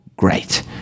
great